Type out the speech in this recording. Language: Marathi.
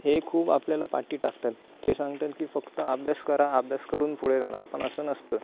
हे खूप आपल्याला पाठी टाकतात ते सांगतात की फक्त अभ्यास करा अभ्यास करून पुढे जाणार पण असं नसतं